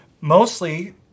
mostly